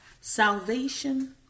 Salvation